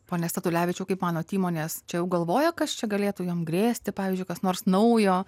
pone statulevičiau kaip manot įmonės čia jau galvoja kas čia galėtų jom grėsti pavyzdžiui kas nors naujo